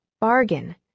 bargain